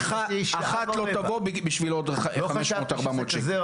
אחת לא טובה בשביל עוד 400, 500 שקל.